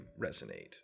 resonate